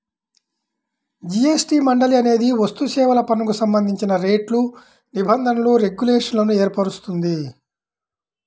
GST మండలి అనేది వస్తుసేవల పన్నుకు సంబంధించిన రేట్లు, నిబంధనలు, రెగ్యులేషన్లను ఏర్పరుస్తుంది